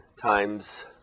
times